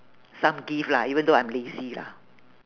some gift lah even though I'm lazy lah